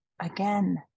again